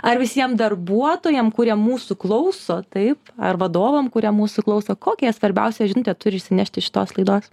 ar visiem darbuotojam kurie mūsų klauso taip ar vadovam kurie mūsų klauso kokią jie svarbiausią žinutę turi išsinešti iš šitos laidos